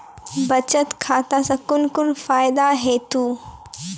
बचत खाता सऽ कून कून फायदा हेतु?